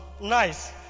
nice